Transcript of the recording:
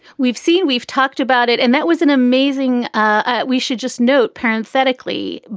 we've seen we've talked about it and that was an amazing. ah we should just note parents medically.